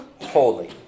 holy